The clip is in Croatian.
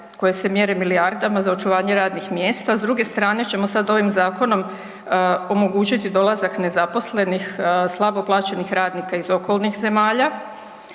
koje se mjere milijardama za očuvanje radnih mjesta, s druge strane ćemo sada ovim zakonom omogućiti dolazak nezaposlenih, slabo plaćenih radnika iz okolnih zemalja.